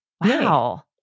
Wow